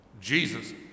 Jesus